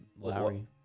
Lowry